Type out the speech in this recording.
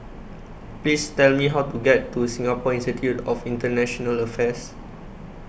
Please Tell Me How to get to Singapore Institute of International Affairs